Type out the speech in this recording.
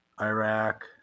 Iraq